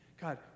God